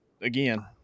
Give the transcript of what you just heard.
again